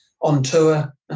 on-tour